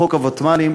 חוק הוותמ"לים,